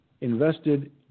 invested